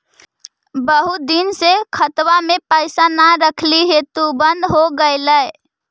बहुत दिन से खतबा में पैसा न रखली हेतू बन्द हो गेलैय?